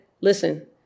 listen